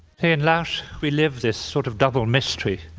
in l'arche we live this sort of double mystery.